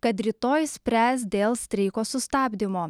kad rytoj spręs dėl streiko sustabdymo